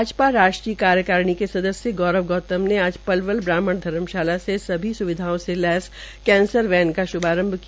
भाजपा राष्ट्रीय कार्यकारिणी के सदस्य गौरव गौतम ने आज पलवल ब्राहम्ण धर्मशाला से सभी स्विधाओं से लेस कैंसर वैन का श्भारंभ किया